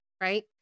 right